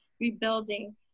rebuilding